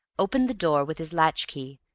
opened the door with his latch-key,